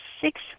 six